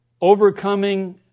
overcoming